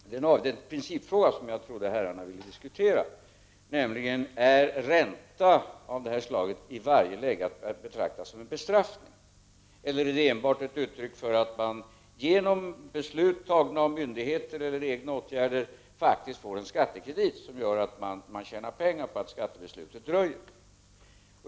Den principfråga som jag trodde att herrarna ville diskutera är följande: Är ränta av det här slaget i varje läge att betrakta som en bestraffning, eller är den enbart ett uttryck för att de skattskyldiga genom beslut fattade av myndigheter eller genom egna åtgärder får en skattekredit som gör att de tjänar pengar på att skattebeslutet dröjer?